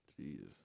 Jesus